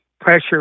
pressure